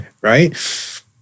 right